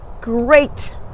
great